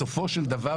בסופו של דבר,